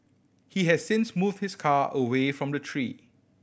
he has since moved his car away from the tree